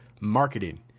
marketing